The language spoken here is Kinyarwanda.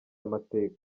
amateka